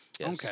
okay